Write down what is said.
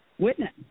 Witness